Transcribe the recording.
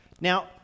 Now